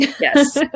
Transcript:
Yes